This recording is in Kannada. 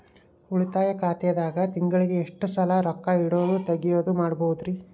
ಉಳಿತಾಯ ಖಾತೆದಾಗ ತಿಂಗಳಿಗೆ ಎಷ್ಟ ಸಲ ರೊಕ್ಕ ಇಡೋದು, ತಗ್ಯೊದು ಮಾಡಬಹುದ್ರಿ?